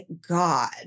god